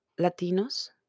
Latinos